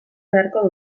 beharko